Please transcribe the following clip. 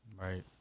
Right